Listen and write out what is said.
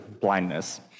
blindness